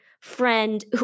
friend